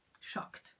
shocked